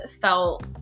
felt